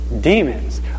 demons